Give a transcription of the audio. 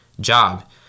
job